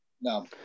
No